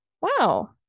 wow